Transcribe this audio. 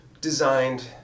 designed